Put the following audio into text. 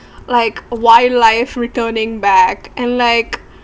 like wildlife returning back and like